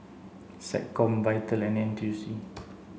SecCom VITAL and N T U C